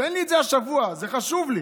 תן לי את זה השבוע, זה חשוב לי.